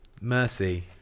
Mercy